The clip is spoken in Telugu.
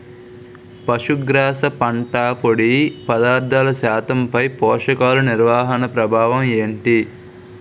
పశుగ్రాస పంట పొడి పదార్థాల శాతంపై పోషకాలు నిర్వహణ ప్రభావం ఏమిటి?